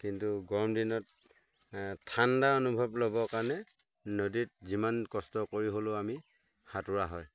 কিন্তু গৰম দিনত ঠাণ্ডা অনুভৱ ল'বৰ কাৰণে নদীত যিমান কষ্ট কৰি হ'লেও আমি সাঁতোৰা হয়